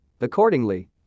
Accordingly